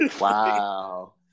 Wow